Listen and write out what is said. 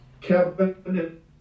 Kevin